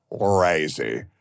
Crazy